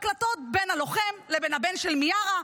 ההקלטות בין הלוחם לבין הבן של מיארה.